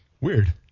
Weird